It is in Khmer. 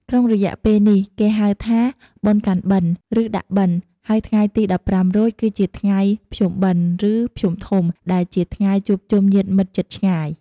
ក្នុងរយៈពេលនេះ គេហៅថា "បុណ្យកាន់បិណ្ឌ" ឬ "ដាក់បិណ្ឌ" ហើយថ្ងៃទី ១៥រោច គឺជាថ្ងៃ "ភ្ជុំបិណ្ឌ" ឬ "ភ្ជុំធំ" ដែលជាថ្ងៃជួបជុំញាតិមិត្តជិតឆ្ងាយ។